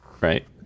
right